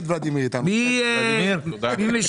מי משיב?